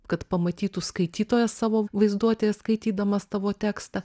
kad pamatytų skaitytojas savo vaizduotėje skaitydamas tavo tekstą